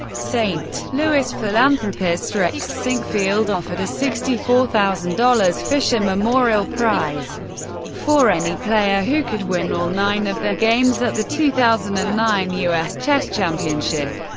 st. louis philanthropist rex sinquefield offered a sixty four thousand dollars fischer memorial prize for any player who could win all nine of their games at the two thousand and nine u s. chess championship.